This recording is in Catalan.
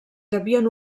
devien